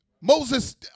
Moses